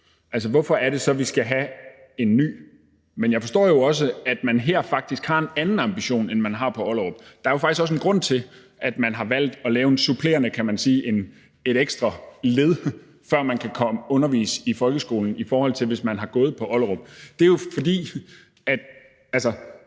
hvorfor er det så, at vi skal have en ny? Men jeg forstår jo også, at man her faktisk har en anden ambition, end man har på Ollerup. Der er faktisk også en grund til, at vi har valgt at lave et supplerende ekstra led, før folk kan undervise i folkeskolen, hvis de har gået på Ollerup. Den ambition, som